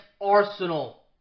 Arsenal